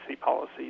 policy